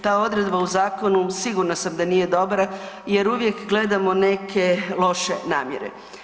Ta odredba u zakonu sigurna sam da nije dobra jer uvijek gledamo neke loše namjere.